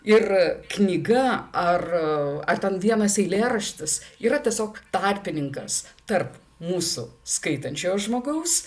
ir knyga ar ar ten vienas eilėraštis yra tiesiog tarpininkas tarp mūsų skaitančiojo žmogaus